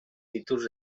títols